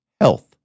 health